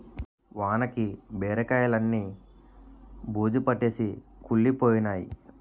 వానకి బీరకాయిలన్నీ బూజుపట్టేసి కుళ్లిపోయినై